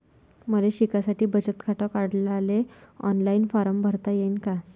मले शिकासाठी बचत खात काढाले ऑनलाईन फारम भरता येईन का?